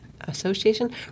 association